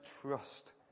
trust